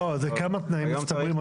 זה כמה תנאים מצטברים,